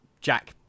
jack